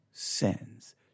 sins